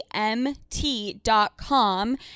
mt.com